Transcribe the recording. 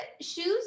shoes